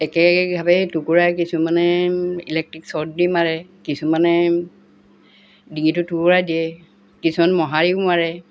একেভাৱে টুকুৰা কিছুমানে electric short দি মাৰে কিছুমানে ডিঙিটো টুকুৰাই দিয়ে কিছুমান মহাৰীও মাৰে